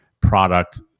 product